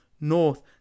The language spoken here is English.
north